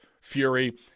Fury